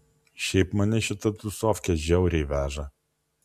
šiaip mane šita tūsofkė žiauriai veža